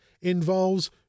involves